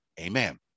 Amen